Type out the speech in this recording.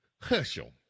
Herschel